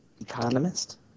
economist